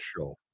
show